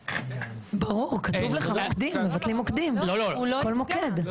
ברור, כתוב לך מבטלים מוקדים, כל מוקד.